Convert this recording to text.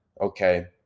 okay